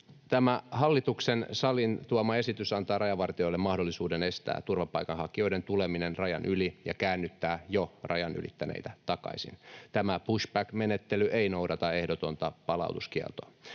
Tämä hallituksen saliin tuoma esitys antaa rajavartijoille mahdollisuuden estää turvapaikanhakijoiden tuleminen rajan yli ja käännyttää jo rajan ylittäneitä takaisin. Tämä pushback-menettely ei noudata ehdotonta palautuskieltoa.